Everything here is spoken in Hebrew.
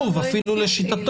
הישיבה ננעלה בשעה